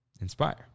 Inspire